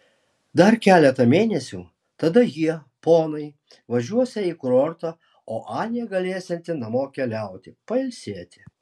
dar keletą mėnesių tada jie ponai važiuosią į kurortą o anė galėsianti namo keliauti pailsėti